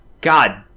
god